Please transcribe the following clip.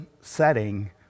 setting